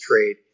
trade